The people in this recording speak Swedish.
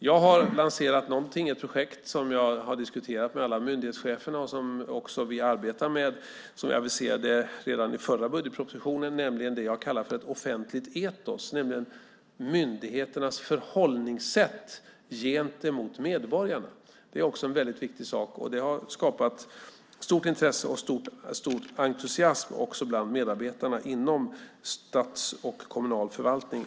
Jag har lanserat ett projekt som jag har diskuterat med alla myndighetschefer och som vi arbetade med, som jag vill se det, redan i förra budgetpropositionen. Jag kallar det för ett offentligt etos. Det handlar om myndigheternas förhållningssätt till medborgarna. Det är mycket viktigt. Det har skapat stort intresse och stor entusiasm bland medarbetarna inom statlig och kommunal förvaltning.